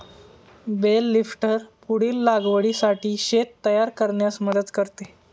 bell lifter पुढील लागवडीसाठी शेत तयार करण्यास मदत करते